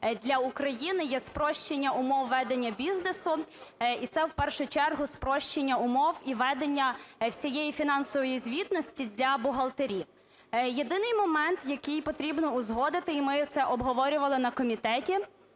для України є спрощення ведення бізнесу, і це, в першу чергу, спрощення умов і ведення всієї фінансової звітності для бухгалтерів. Єдиний момент, який потрібно узгодити, і ми це обговорювали на комітеті,